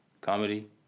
comedy